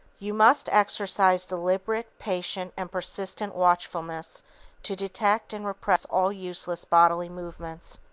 you must exercise deliberate, patient and persistent watchfulness to detect and repress all useless bodily movements.